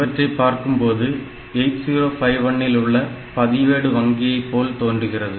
இவற்றைப் பார்க்கும்போது 8051 இல் உள்ள பதிவேடு வங்கியைப் போல் தோன்றுகின்றது